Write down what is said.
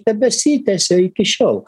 tebesitęsia iki šiol